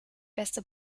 beste